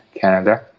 Canada